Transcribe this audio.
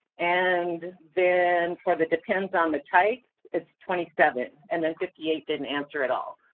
and then for the depends on the type, it's twenty seven. and then fifty eight didn't answer at all.